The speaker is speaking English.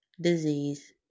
disease